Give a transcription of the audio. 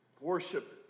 Worship